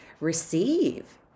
receive